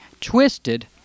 twisted